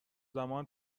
زمان